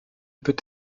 peut